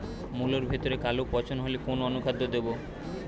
মুলোর ভেতরে কালো পচন হলে কোন অনুখাদ্য দেবো?